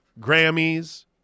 Grammys